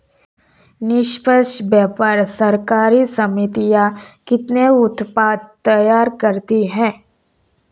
निष्पक्ष व्यापार सहकारी समितियां कितने उत्पाद तैयार करती हैं?